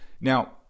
Now